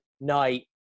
night